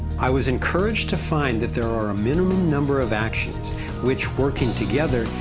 i was encouraged to find that there are a minimum number of actions which, working together,